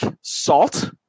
Salt